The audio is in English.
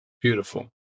Beautiful